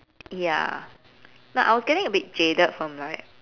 ya like I was getting a bit jaded from like